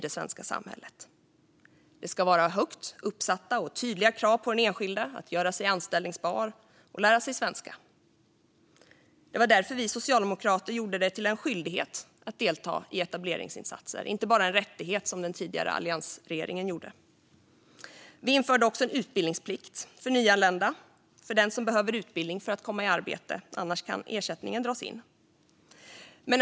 Det ska vara högt ställda och tydliga krav på den enskilde att göra sig anställbar och lära sig svenska. Därför gjorde vi socialdemokrater det till en skyldighet att delta i etableringsinsatser, inte bara till en rättighet som den tidigare alliansregeringen. Vi införde också en utbildningsplikt för de nyanlända som behöver utbildning för att komma i arbete. Annars kan ersättningen dras in.